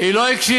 היא לא הקשיבה.